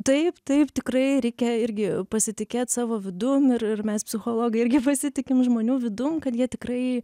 taip taip tikrai reikia irgi pasitikėt savo vidum ir ir mes psichologai irgi pasitikim žmonių vidum kad jie tikrai